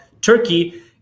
Turkey